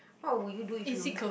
what would you do if you had